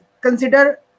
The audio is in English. consider